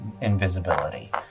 invisibility